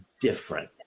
different